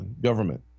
government